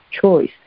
choice